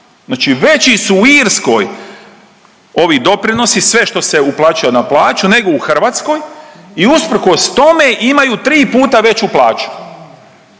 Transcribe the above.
Znači veći su u Irskoj ovi doprinosi sve što se uplaćuje na plaću nego u Hrvatskoj i usprkos tome imaju 3 puta veću plaću